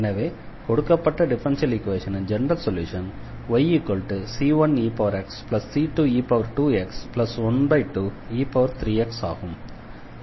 எனவே கொடுக்கப்பட்ட டிஃபரன்ஷியல் ஈக்வேஷனின் ஜெனரல் சொல்யூஷன் yc1exc2e2x12e3x ஆகும்